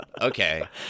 Okay